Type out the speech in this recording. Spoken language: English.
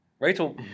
Rachel